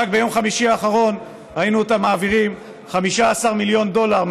רק ביום חמישי האחרון ראינו אותם מעבירים 15 מיליון דולר,